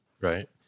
Right